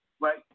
Right